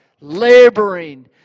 laboring